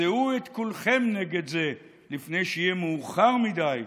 שאו את קולכם נגד זה לפני שיהיה מאוחר מדי,